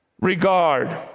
regard